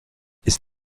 ist